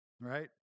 right